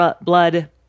blood